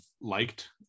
liked